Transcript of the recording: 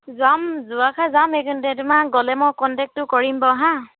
যাম যোৱা খাই যাম এইকেইদিনতে তোমাক গ'লে মই কণ্টেক্টটো কৰিম বাৰু হা